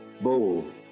Bold